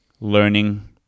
learning